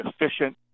efficient